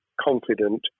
confident